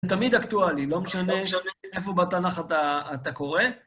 תמיד אקטואלי, לא משנה איפה בתנ״ך אתה קורא.